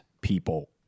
people